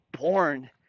born